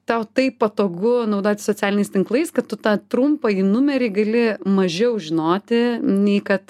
tau taip patogu naudotis socialiniais tinklais kad tu tą trumpąjį numerį gali mažiau žinoti nei kad